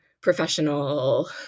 professional